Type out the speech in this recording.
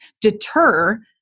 deter